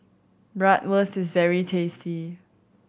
bratwurst is very tasty